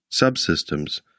subsystems